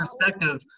perspective